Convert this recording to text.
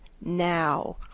now